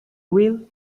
wheel